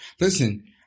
listen